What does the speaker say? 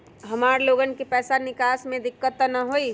हमार लोगन के पैसा निकास में दिक्कत त न होई?